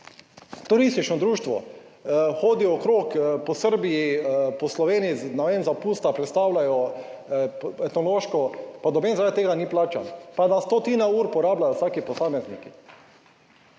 Turistično društvo hodi okrog po Srbiji, po Sloveniji, ne vem, za pusta, predstavljajo etnološko, pa noben zaradi tega ni plačan, pa na stotine ur porabljajo vsaki posamezniki.